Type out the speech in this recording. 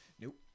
Nope